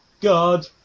God